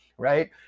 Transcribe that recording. right